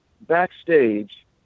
backstage